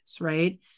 right